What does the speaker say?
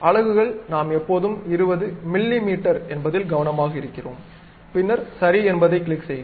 அலகுகள் நாம் எப்போதும் 20 மிமீ என்பதில் கவனமாக இருக்கிறோம் பின்னர் சரி என்பதைக் கிளிக் செய்க